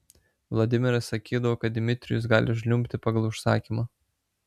vladimiras sakydavo kad dmitrijus gali žliumbti pagal užsakymą